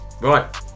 Right